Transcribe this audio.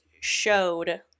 showed